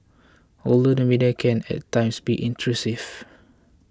although the media can at times be intrusive